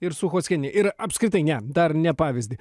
ir suchockienė ir apskritai ne dar ne pavyzdį